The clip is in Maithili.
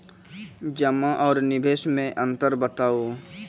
जमा आर निवेश मे अन्तर बताऊ?